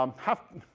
um have to